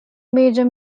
major